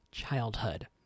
childhood